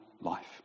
life